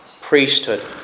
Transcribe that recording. priesthood